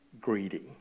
greedy